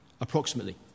approximately